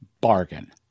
bargain